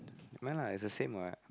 no lah it's the same what